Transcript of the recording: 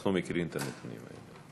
אנחנו מכירים את הנתונים האלה.